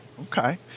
okay